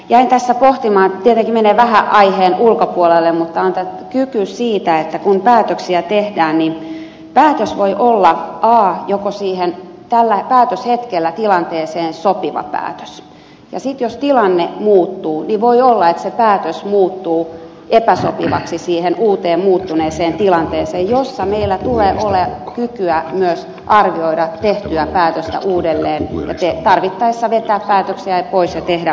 jäin tässä pohtimaan tietenkin menee vähän aiheen ulkopuolelle tätä kykyä siitä että kun päätöksiä tehdään päätös voi olla joko päätöshetkellä tilanteeseen sopiva päätös tai sitten jos tilanne muuttuu voi olla että päätös muuttuu epäsopivaksi uuteen muuttuneeseen tilanteeseen jossa meillä tulee olla kykyä myös arvioida tehtyä päätöstä uudelleen ja tarvittaessa vetää päätöksiä pois ja tehdä uusia päätöksiä